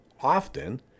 often